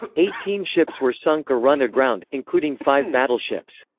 eighteen ships were sunk or run aground, including five battleships.